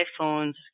iPhone's